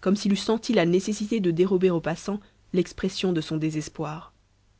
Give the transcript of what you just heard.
comme s'il eût senti la nécessité de dérober aux passants l'expression de son désespoir